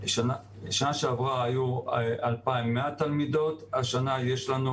בשנה שעברה היו 2,100 תלמידות, והשנה יש לנו